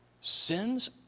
sins